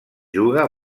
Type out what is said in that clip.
juga